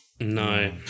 No